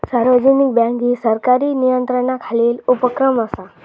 सार्वजनिक बँक ही सरकारी नियंत्रणाखालील उपक्रम असा